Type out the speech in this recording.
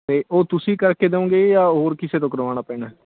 ਤਾਂ ਉਹ ਤੁਸੀਂ ਕਰਕੇ ਦਿਓਂਗੇ ਜਾਂ ਹੋਰ ਕਿਸੇ ਤੋਂ ਕਰਵਾਉਣਾ ਪੈਣਾ